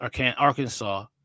Arkansas